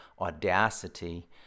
audacity